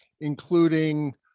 including